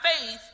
faith